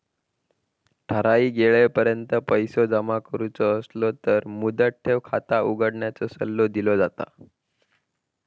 ठराइक येळेपर्यंत पैसो जमा करुचो असलो तर मुदत ठेव खाता उघडण्याचो सल्लो दिलो जाता